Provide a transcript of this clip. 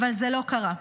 אבל זה לא קרה.